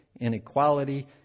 Inequality